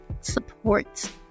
support